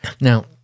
Now